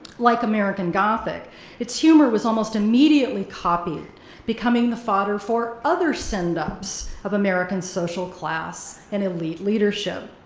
like american gothic its humor was almost immediately copied becoming the father for other send-ups of american social class and elite leadership.